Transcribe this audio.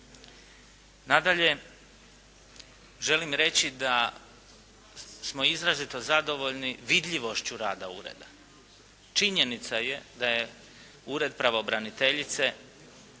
Nadalje, želim reći da smo izrazito zadovoljni vidljivošću rada ureda. Činjenica je da je Ured pravobraniteljice